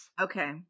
Okay